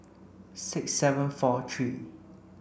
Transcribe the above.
six seven four three